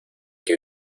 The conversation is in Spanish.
que